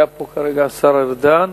היה פה כרגע השר ארדן.